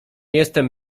jestem